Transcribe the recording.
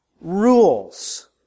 rules